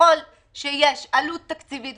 ככל שיש עלות תקציבית,